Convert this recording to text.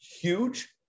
huge